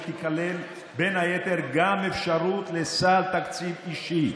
תיכלל בין היתר גם אפשרות לסל תקציב אישי: